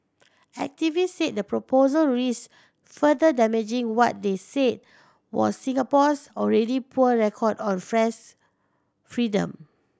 activist said the proposal risked further damaging what they said was Singapore's already poor record on freedom